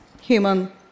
human